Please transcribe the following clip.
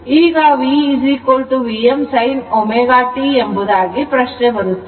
ಈಗ V Vm sin ω t ಎಂಬುದಾಗಿ ಪ್ರಶ್ನೆ ಬರುತ್ತದೆ